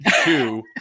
Two